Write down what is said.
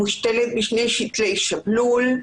מושתלת בשני שתלי שבלול,